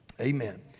Amen